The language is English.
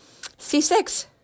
C6